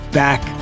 back